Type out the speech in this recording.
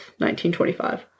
1925